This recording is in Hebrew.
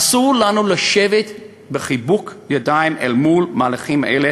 אסור לנו לשבת בחיבוק ידיים אל מול מהלכים אלה.